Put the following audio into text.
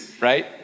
Right